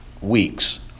weeks